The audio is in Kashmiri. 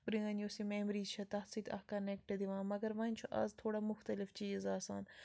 پرٲنۍ یُس یہِ میمری چھِ تَتھ سۭتۍ اکھ کَنٛنیکٹ دِوان مَگر وۄنۍ چھُ آز تھوڑا مُختلِف چیٖز آسان